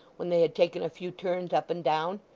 when they had taken a few turns up and down,